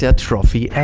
yeah trophy and